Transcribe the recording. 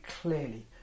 clearly